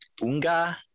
Unga